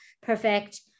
perfect